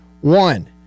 One